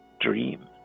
dream